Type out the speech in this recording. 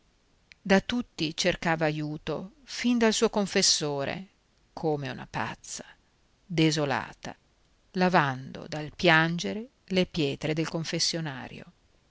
da tutti cercava aiuto fin dal suo confessore come una pazza desolata lavando dal piangere le pietre del confessionario